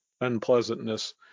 unpleasantness